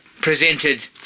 presented